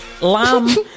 lamb